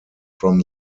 from